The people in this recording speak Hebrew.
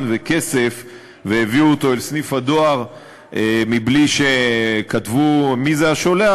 וכסף והביאו אותו אל סניף הדואר בלי שכתבו מי השולח,